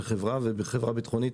ולחברה ביטחונית